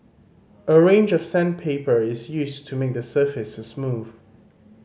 a range of sandpaper is used to make the surface smooth